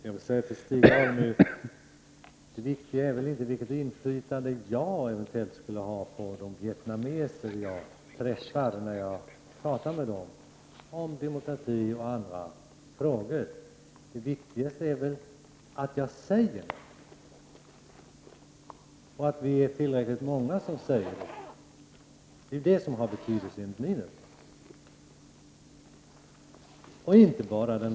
Fru talman! Jag vill säga till Stig Alemyr att det viktiga är inte vilket inflytande jag eventuellt skulle ha på vietnameser som jag träffar och pratar med om demokrati och andra frågor. Det viktiga är väl vad jag säger och att vi är tillräckligt många som säger det. Det är detta som har betydelse, enligt min uppfattning.